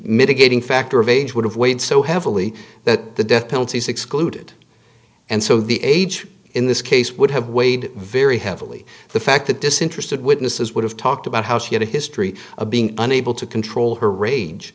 mitigating factor of age would have weighed so heavily that the death penalty is excluded and so the age in this case would have weighed very heavily the fact that disinterested witnesses would have talked about how she had a history of being unable to control her rage